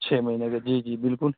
چھ مہینے کا جی جی بالکل